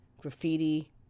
graffiti